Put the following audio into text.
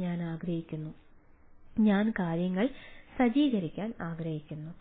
ഞാൻ ആഗ്രഹിക്കുന്നു ഞാൻ കാര്യങ്ങൾ സജ്ജീകരിക്കാൻ ആഗ്രഹിക്കുന്നു